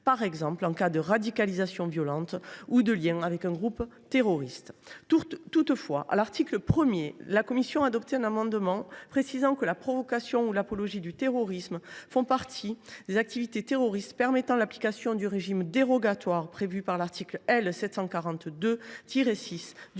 par exemple, en cas de radicalisation violente ou de liens avec un groupe terroriste. Toutefois, à l’article 1, la commission a adopté un amendement tendant à préciser que la provocation ou l’apologie du terrorisme font partie des activités terroristes permettant l’application du régime dérogatoire prévu par l’article L. 742 6 du Ceseda.